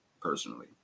personally